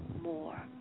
more